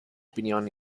opinión